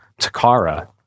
Takara